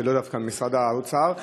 לא דווקא משרד האוצר,